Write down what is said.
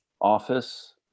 office